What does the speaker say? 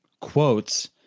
quotes